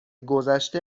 گذشته